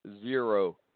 zero